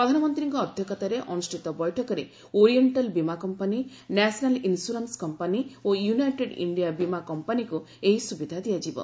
ପ୍ରଧାନମନ୍ତ୍ରୀଙ୍କ ଅଧ୍ୟକ୍ଷତାରେ ଅନୁଷ୍ଠିତ ବୈଠକରେ ଓରିଏକ୍କାଲ ବୀମା କମ୍ପାନି ନ୍ୟାସନାଲ୍ ଇନ୍ସରାନ୍ସ କମ୍ପାନି ଓ ୟୁନାଇଟେଡ୍ ଇଣ୍ଡିଆ ବୀମା କମ୍ପାନିକୁ ଏହି ସୁବିଧା ଦିଆଯିବ